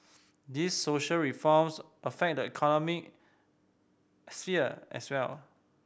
these social reforms affect the economic sphere as well